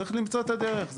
צריך למצוא את הדרך.